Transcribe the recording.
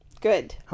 Good